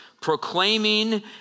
proclaiming